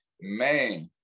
Man